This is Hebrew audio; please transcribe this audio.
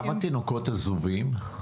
כמה תינוקות עזובים יש?